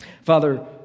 Father